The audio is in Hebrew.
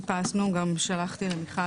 חיפשנו גם שלחתי למיכל,